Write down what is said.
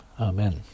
Amen